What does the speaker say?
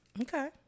Okay